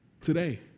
today